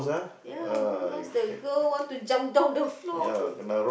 ya who knows the girl want to jump down the floor